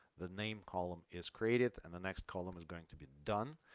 the name column is created and the next column is going to be done,